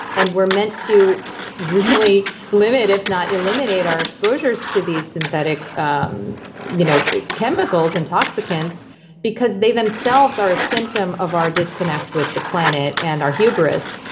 and we're meant to really limit, if not eliminate our exposures to these synthetic um you know chemicals and toxicants because they themselves are a symptom of our disconnect with the planet and our hubris.